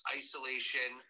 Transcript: isolation